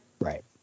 Right